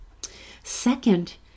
Second